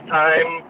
time